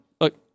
look